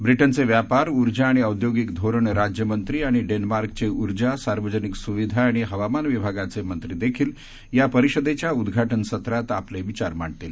ब्रिटनचे व्यापार ऊर्जा आणि औद्योगिक धोरण राज्यमंत्री आणि डेन्मार्कचे ऊर्जा सार्वजनिक सुविधा आणि हवामान विभागाचे मंत्री देखील या परिषदेच्या उद्घाटन सत्रात आपले विचार मांडतील